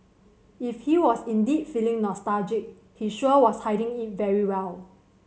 if he was indeed feeling nostalgic he sure was hiding it very well